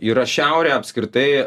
yra šiaurė apskritai